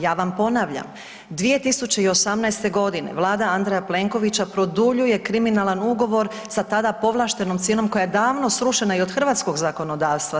Ja vam ponavljam, 2018.g. vlada Andreja Plenkovića produljuje kriminalan ugovor sa tada povlaštenom cijenom koja je davno srušena i od hrvatskog zakonodavstva.